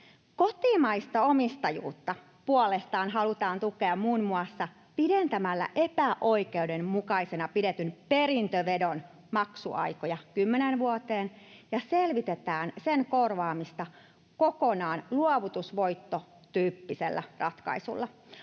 Kotimaista omistajuutta puolestaan halutaan tukea muun muassa pidentämällä epäoikeudenmukaisena pidetyn perintöveron maksuaikoja kymmeneen vuoteen, ja selvitetään sen korvaamista kokonaan luovutusvoittotyyppisellä ratkaisulla.